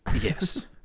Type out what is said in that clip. Yes